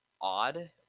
odd